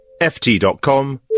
ft.com